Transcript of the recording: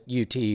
UT